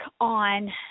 on